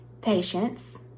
patience